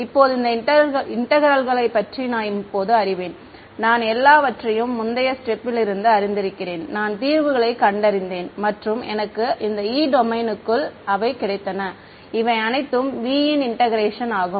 இப்போது இந்த இன்டெக்ரேல்களை பற்றி நான் இப்போது அறிவேன் நான் எல்லாவற்றையும் முந்தைய ஸ்டேப் ல் இருந்து அறிந்திருக்கிறேன் நான் தீர்வுகளை கண்டறிந்தேன் மற்றும் எனக்கு இந்த E டொமைனுக்குள் கிடைத்தது இவை அனைத்தும் V ன் இன்டெக்ரேஷன் ஆகும்